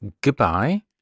goodbye